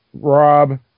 Rob